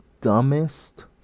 dumbest